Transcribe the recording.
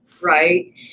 right